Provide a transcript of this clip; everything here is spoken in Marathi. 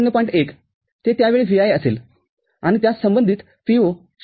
१ ते त्या वेळी Vi असेल आणि त्यास संबंधित Vo 0